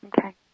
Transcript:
Okay